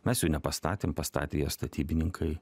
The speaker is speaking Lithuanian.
mes jų nepastatėm pastatė jas statybininkai